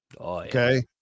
Okay